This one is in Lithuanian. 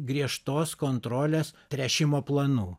griežtos kontrolės tręšimo planų